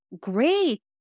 great